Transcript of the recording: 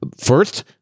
First